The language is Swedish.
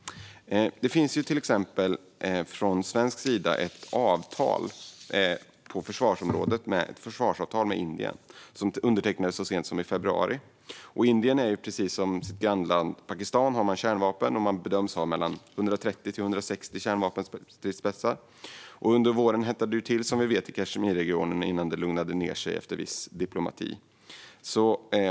Till exempel finns det från svensk sida ett försvarsavtal med Indien. Det undertecknades så sent som i februari. Indien har, precis som sitt grannland Pakistan, kärnvapen. Man bedöms ha mellan 130 och 160 kärnvapenstridsspetsar. Som vi vet hettade det till i Kashmirregionen under våren, innan det lugnade ned sig efter viss diplomati.